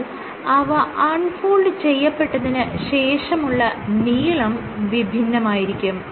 എന്നാൽ അവ unfold ചെയ്യപ്പെട്ടതിന് ശേഷമുള്ള നീളം വിഭിന്നമായിരിക്കും